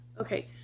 okay